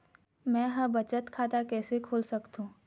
मै ह बचत खाता कइसे खोल सकथों?